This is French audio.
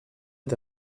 est